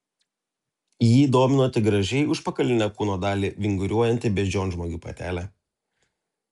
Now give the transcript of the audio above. jį domino tik gražiai užpakalinę kūno dalį vinguriuojanti beždžionžmogių patelė